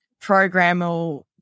programmable